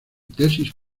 tesis